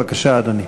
בבקשה, אדוני.